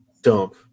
dump